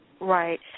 Right